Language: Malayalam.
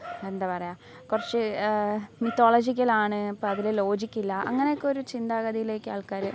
എന്താ പറയുക കുറച്ച് മിത്തോളജിക്കലാണ് അപ്പം അതിൽ ലോജിക്കില്ല അങ്ങനെ ഒക്കെ ഒരു ചിന്താഗതിയിലേക്ക് ആൾക്കാർ